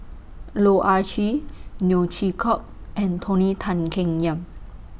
Loh Ah Chee Neo Chwee Kok and Tony Tan Keng Yam